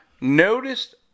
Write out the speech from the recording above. noticed